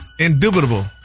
Indubitable